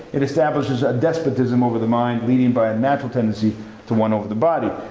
it establishes a despotism over the mind, leading by a natural tendency to one over the body.